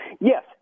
Yes